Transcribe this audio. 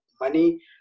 money